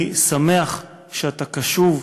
אני שמח שאתה קשוב.